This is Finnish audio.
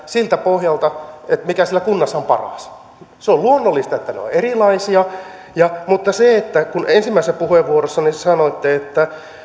siltä pohjalta mikä siellä kunnassa on paras se on luonnollista että ne ovat erilaisia mutta kun ensimmäisessä puheenvuorossanne sanoitte että